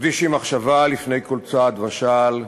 הקדישי מחשבה לפני כל צעד ושעל,